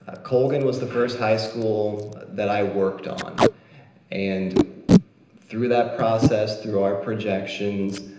ah colgan was the first high school that i worked on and through that process, through our projections,